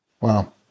wow